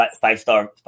five-star